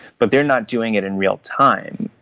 but they're not doing it in real-time.